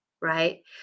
right